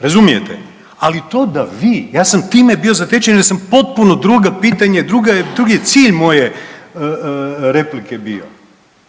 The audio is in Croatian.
razumijete. Ali to da vi, ja sam time bio zatečen jer sam potpuno druga pitanja i drugi je cilj moje replike bio.